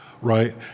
right